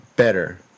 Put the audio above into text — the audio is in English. better